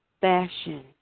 fashion